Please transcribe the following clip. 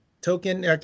token